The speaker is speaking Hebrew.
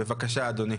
בבקשה אדוני.